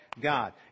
God